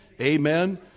Amen